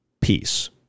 peace